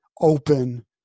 open